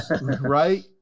right